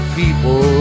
people